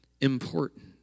important